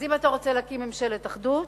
אז אם אתה רוצה להקים ממשלת אחדות,